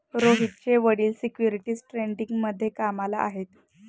रोहितचे वडील सिक्युरिटीज ट्रेडिंगमध्ये कामाला आहेत